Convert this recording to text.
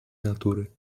natury